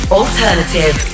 alternative